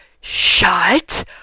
shut